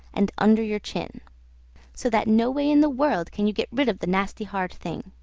and under your chin so that no way in the world can you get rid of the nasty hard thing